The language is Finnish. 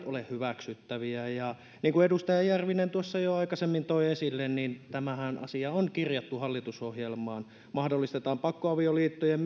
ole hyväksyttäviä niin kuin edustaja järvinen tuossa jo aikaisemmin toi esille niin tämä asiahan on kirjattu hallitusohjelmaan mahdollistetaan pakkoavioliittojen